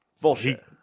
Bullshit